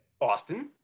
Austin